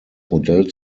modell